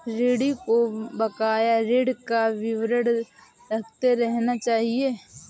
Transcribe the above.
ऋणी को बकाया ऋण का विवरण देखते रहना चहिये